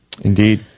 Indeed